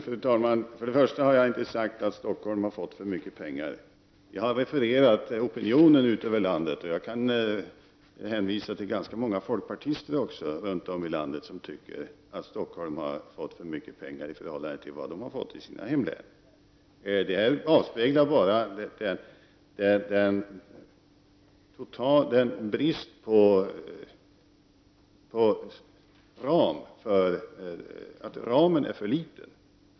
Fru talman! Först och främst har jag inte sagt att Stockholms län fått för mycket pengar. Jag har bara refererat opinionen ute i landet. Jag kan då också hänvisa till ganska många folkpartister runt om i landet som tycker att Stockholms län har fått för mycket pengar i förhållande till vad de har fått i sina hemlän. Det här avspeglar bara att ramen för väganslagen är för liten.